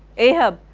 ahab,